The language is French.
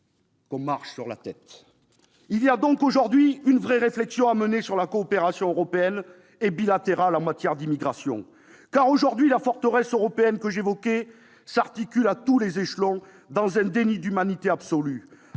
l'on marche sur la tête ! Il y a donc une vraie réflexion à mener sur la coopération européenne et bilatérale en matière d'immigration. Aujourd'hui, la forteresse européenne que j'évoquais s'articule à tous les échelons, dans un déni d'humanité absolu.